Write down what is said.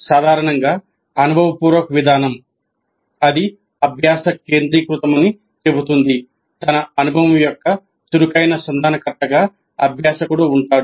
సాధారణంగా అనుభవపూర్వక విధానం అది అభ్యాస కేంద్రీకృతమని చెబుతుంది తన అనుభవం యొక్క చురుకైన సంధానకర్తగా అభ్యాసకుడు ఉంటాడు